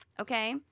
Okay